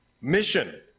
mission